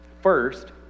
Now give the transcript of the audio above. First